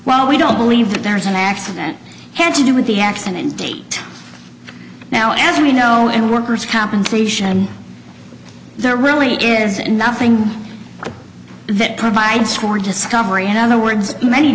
well we don't believe that there is an accident had to do with the accident date now as we know it workers compensation there really is nothing that provides for discovery in other words many